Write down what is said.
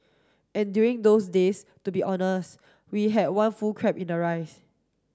and during those days to be honest we had one full crab in the rice